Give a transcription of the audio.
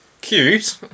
cute